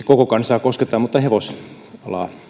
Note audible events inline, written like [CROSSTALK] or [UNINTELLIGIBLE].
[UNINTELLIGIBLE] koko kansaa kosketa mutta hevosalaa